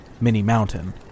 mini-mountain